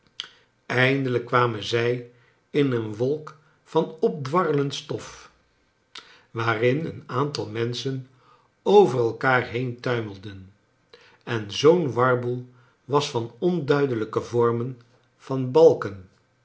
eindelijk kwamen zij in een wolk van opdwarrelend stof waarin een aantal menschen over elkaar heen tuimelden en zoo'n warboel was van onduidelijke vormen van balken